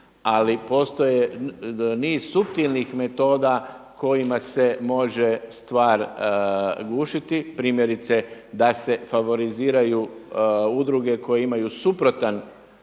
Ali postoji niz suptilnih metoda kojima se može stvar gušiti. Primjerice da se favoriziraju udruge koje imaju suprotan